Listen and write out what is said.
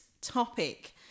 topic